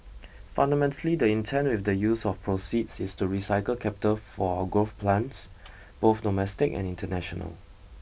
fundamentally the intent with the use of proceeds is to recycle capital for our growth plans both domestic and international